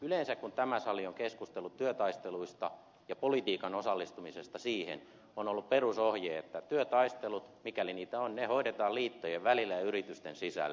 yleensä kun tämä sali on keskustellut työtaisteluista ja politiikan osallistumisesta siihen on ollut perusohje että työtaistelut mikäli niitä on hoidetaan liittojen välillä ja yritysten sisällä